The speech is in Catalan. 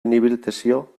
inhabilitació